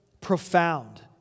profound